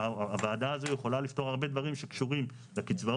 הוועדה הזו יכולה לפתור הרבה דברים שקשורים לקצבאות,